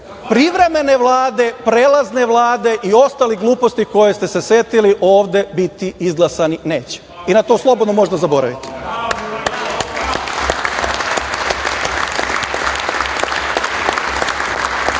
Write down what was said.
privremene Vlade, prelazne Vlade i ostalih gluposti kojih ste se setili ovde biti izglasani neće, i na to slobodno možete da zaboravite. Isto